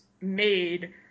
made